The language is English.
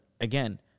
again